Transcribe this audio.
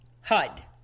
HUD